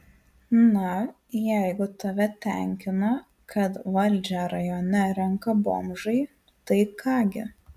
na jeigu tave tenkina kad valdžią rajone renka bomžai tai ką gi